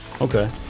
okay